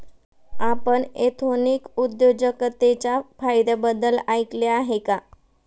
आपण एथनिक उद्योजकतेच्या फायद्यांबद्दल ऐकले आहे का?